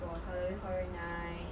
for horror horror nights